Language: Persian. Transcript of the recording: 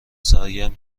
سرگرم